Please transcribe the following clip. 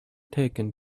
taken